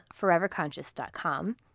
foreverconscious.com